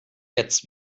jetzt